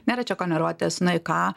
nėra čia ko nervuotis na i ką